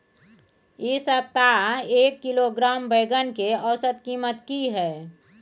इ सप्ताह एक किलोग्राम बैंगन के औसत कीमत की हय?